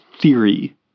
theory